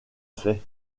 fait